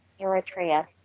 Eritrea